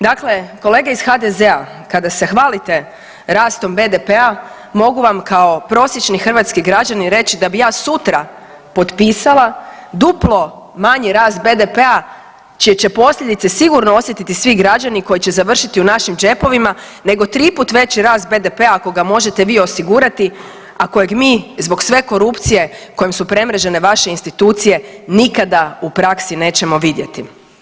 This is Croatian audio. Dakle kolege iz HDZ-a kada se hvalite rastom BDP-a mogu vam kao prosječni hrvatski građanin reći da bi ja sutra potpisala duplo manji rast BDP-a čije će posljedice sigurno osjetiti svi građani koji će završiti u našim džepovima nego tri put veći rast BDP-a ako ga možete vi osigurati, a kojeg mi zbog sve korupcije kojom su premrežene vaše institucije nikada u praksi nećemo vidjeti.